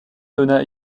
donna